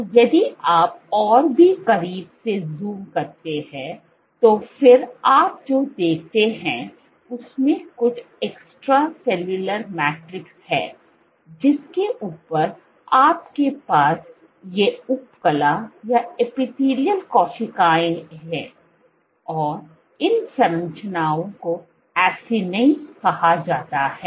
तो यदि आप और भी करीब से ज़ूम करते हैं तो फिर आप जो देखते हैं उसमें कुछ एकस्ट्रा सेल्यूलर मैट्रिक्स हैं जिसके ऊपर आपके पास ये उपकला कोशिकाएं हैं और इन संरचनाओं को Acini कहा जाता है